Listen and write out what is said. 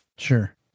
Sure